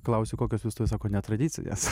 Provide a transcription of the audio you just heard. klausiu kokios vestuvės sako netradicinės